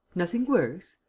nothing worse?